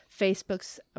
Facebook's